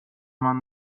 man